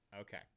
Okay